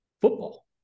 football